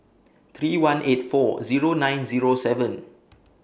three one eight four Zero nine Zero seven